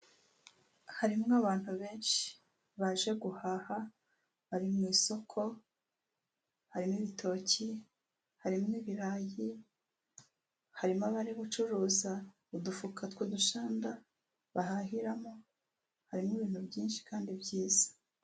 Harimo abantu benshi baje guhaha, bari mu isoko, hari n'ibitoki, harimo ibirayi, harimo abari gucuruza, udufuka tw'udushanda bahahiramo, harimo ibintu byinshi kandi byiza.